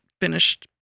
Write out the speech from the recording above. finished